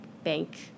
Bank